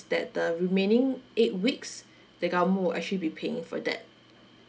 that the remaining eight weeks the government will actually be paying for that